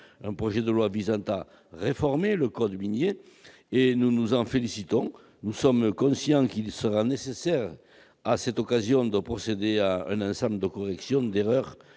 un projet de loi visant à réformer le code minier, et nous nous en félicitons. Nous sommes conscients qu'il sera nécessaire à cette occasion de corriger un ensemble d'erreurs